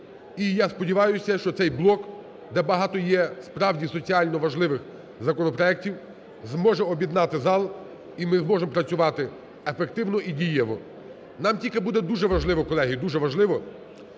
і я сподіваюся, що цей блок, де багато є, справді, соціально важливих законопроектів, зможе об'єднати зал і ми зможемо працювати ефективно і діємо. Нам тільки буде дуже важливо, колеги, дуже важливо,